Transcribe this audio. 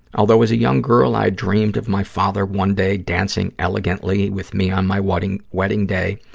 although as a young girl i had dreamed of my father one day dancing elegantly with me on my wedding wedding day,